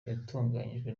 yatunganyijwe